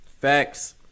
facts